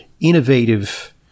innovative